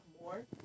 more